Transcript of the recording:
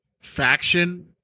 faction